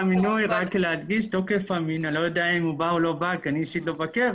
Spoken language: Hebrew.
אני לא יודע אם הוא בא או לא בא כי אני אישית לא בקרן.